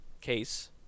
Case